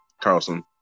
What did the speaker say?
Carlson